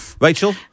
Rachel